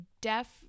deaf